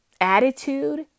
attitude